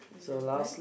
eleven